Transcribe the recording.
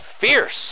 fierce